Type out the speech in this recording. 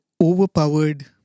overpowered